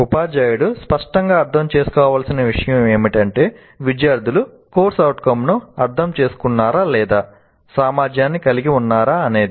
ఉపాధ్యాయుడు స్పష్టంగా అర్థం చేసుకోవలసిన విషయం ఏమిటంటే విద్యార్థులు CO ను అర్థం చేసుకున్నారా లేదా సామర్థ్యాన్ని కలిగి ఉన్నారా అనేది